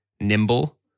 Nimble